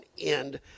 end